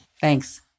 Thanks